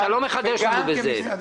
אתה לא מחדש לנו בזה.